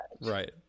Right